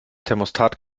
thermostat